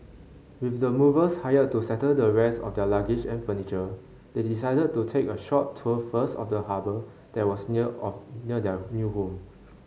with the movers hired to settle the rest of their luggage and furniture they decided to take a short tour first of the harbour that was near of near their new home